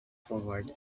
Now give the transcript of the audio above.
forward